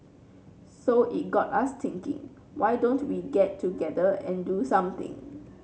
so it got us thinking why don't we get together and do something